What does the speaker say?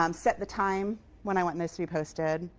um set the time when i want those to be posted.